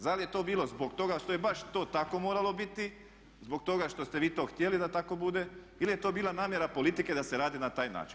Zar je to bilo zbog toga što je baš to tako moralo biti, zbog toga što ste vi to htjeli da tako bude ili je to bila namjera politike da se radi na taj način?